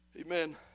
Amen